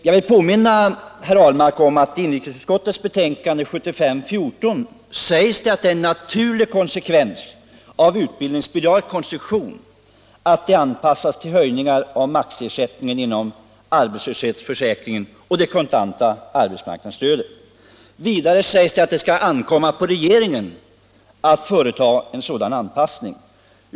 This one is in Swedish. Jag vill påminna herr Ahlmark om att det i inrikesutskottets betänkande nr 14 år 1975 sägs att det är ”en naturlig konsekvens av utbildningsbidragets konstruktion att det anpassas till höjningar av maximiersättningen inom arbetslöshetsförsäkringen och det kontanta arbetsmarknadsstödet. Det föreslås att det skall ankomma på regeringen att företa en sådan anpassning.